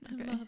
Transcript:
Okay